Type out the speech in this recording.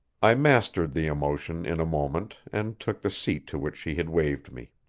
i mastered the emotion in a moment and took the seat to which she had waved me.